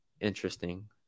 interesting